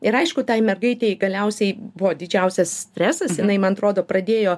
ir aišku tai mergaitei galiausiai buvo didžiausias stresas jinai man atrodo pradėjo